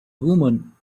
woman